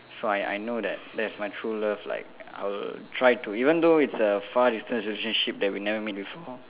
so I I know that that is my true love like I will try to even though it's a far distance relationship that we never meet before